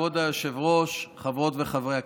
כבוד היושב-ראש, חברות וחברי הכנסת,